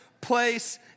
place